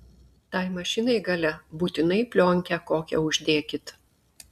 tai mašinai gale būtinai plionkę kokią uždėkit